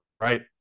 right